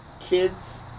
Kids